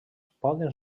poden